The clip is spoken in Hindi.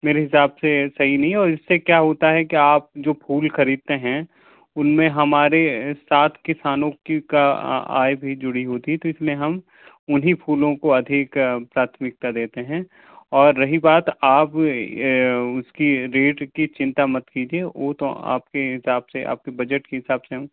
मेरे हिसाब से सही नहीं है और इससे क्या होता है कि आप जो फूल ख़रीदते हैं उन में हमारे साथ किसानों की का आय भी जुड़ी होती है तो इस में हम उन्हीं फूलों को अधिक प्राथमिकता देते हैं और रही बात आप उसकी रेट की चिंता मत कीजिए वो तो आपके हिसाब से आपके बजट के हिसाब से हम